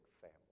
family